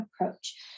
approach